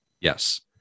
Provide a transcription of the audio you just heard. Yes